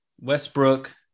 Westbrook